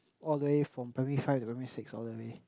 all the way from primary five to primary six all the way